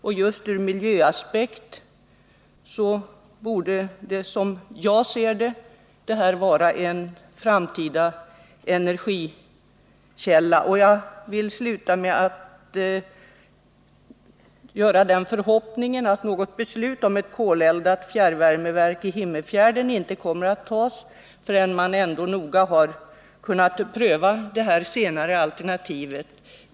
Just med hänsyn till miljöaspekterna borde detta som jag ser det vara en framtida energikälla. Jag vill sluta med att uttala den förhoppningen att något beslut om ett koleldat fjärrvärmeverk vid Himmerfjärden inte fattas förrän man noga prövat även detta alternativ.